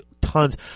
tons